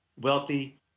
wealthy